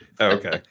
okay